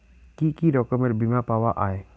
কি কি রকমের বিমা পাওয়া য়ায়?